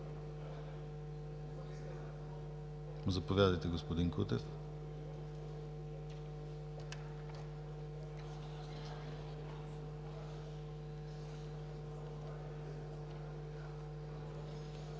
Заповядайте, господин Кутев.